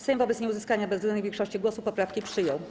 Sejm wobec nieuzyskania bezwzględnej większości głosów poprawki przyjął.